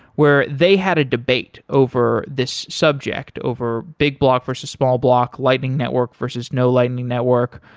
where they had a debate over this subject over big block versus small block lightning network versus no lightning network,